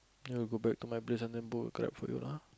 you want go back to my place and then book Grabfood you